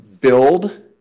build